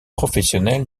professionnelle